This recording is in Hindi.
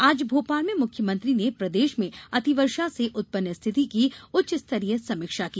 आज भोपाल में मुख्यमंत्री ने प्रदेश में अतिवर्षा से उत्पन्न स्थिति की उच्च स्तरीय समीक्षा की